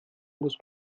muss